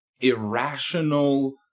irrational